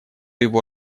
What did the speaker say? его